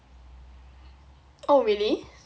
oh really